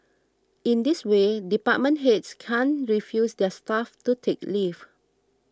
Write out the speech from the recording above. in this way department heads can't refuse their staff to take leave